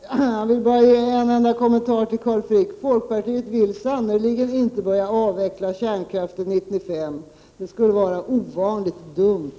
Herr talman! Jag vill bara göra en enda kommentar till Carl Frick: Folkpartiet vill sannerligen inte börja avveckla kärnkraften år 1995. Det skulle vara ovanligt dumt.